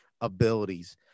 abilities